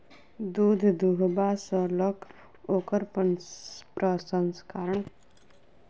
दूध दूहबा सॅ ल क ओकर प्रसंस्करण करबा धरि अनेको दूधक पाइपलाइनक उपयोग कयल जाइत छै